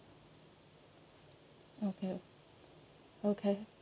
okay okay